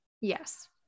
Yes